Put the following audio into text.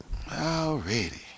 Alrighty